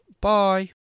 Bye